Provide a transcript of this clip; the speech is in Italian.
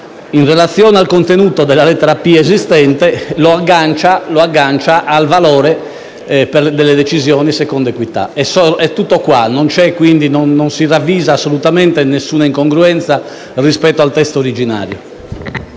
in relazione al contenuto della lettera *p)* esistente, lo aggancia al valore delle decisioni secondo equità. È tutto qua. Non si ravvisa assolutamente alcuna incongruenza rispetto al testo originario.